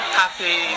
happy